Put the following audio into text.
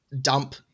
dump